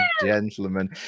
gentlemen